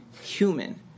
human